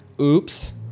Oops